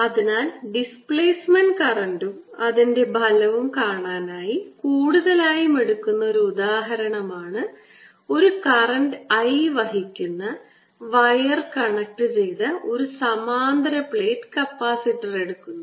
അതിനാൽ ഡിസ്പ്ലേസ്മെന്റ് കറൻറും അതിന്റെ ഫലവും കാണാനായി കൂടുതലായും എടുക്കുന്ന ഒരു ഉദാഹരണമാണ് ഒരു കറന്റ് I വഹിക്കുന്ന വയർ കണക്ട് ചെയ്ത ഒരു സമാന്തര പ്ലേറ്റ് കപ്പാസിറ്റർ എടുക്കുന്നു